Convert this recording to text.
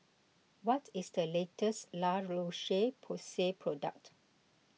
what is the latest La Roche Porsay product